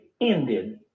ended